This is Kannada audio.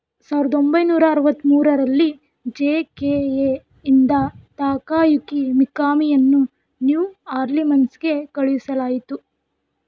ಸಾವಿರದ ಒಂಬೈನೂರ ಅರುವತ್ತ್ಮೂರರಲ್ಲಿ ಜೆ ಕೆ ಎ ಇಂದ ತಾಕಾಯುಕಿ ಮಿಕಾಮಿಯನ್ನು ನ್ಯೂ ಆರ್ಲಿಮೆಂಟ್ಸ್ಗೆ ಕಳುಹಿಸಲಾಯಿತು